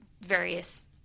various